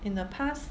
in the past